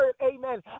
amen